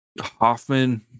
Hoffman